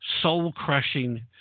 soul-crushing